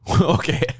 Okay